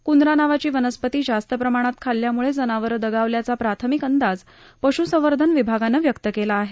कृंदरा नावाची वनस्पती जास्त प्रमाणात खाल्याम्ळे जनावरं दगावली असा प्राथमिक अंदाज पश्संवर्धन विभागानं व्यक्त केला आहे